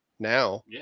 Now